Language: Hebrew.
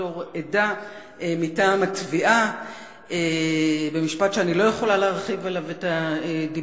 בתור עדה מטעם התביעה במשפט שאני לא יכולה להרחיב עליו את הדיבור,